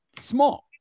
small